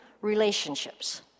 relationships